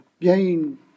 gain